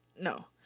no